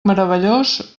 meravellós